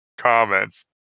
comments